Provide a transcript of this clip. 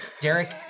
Derek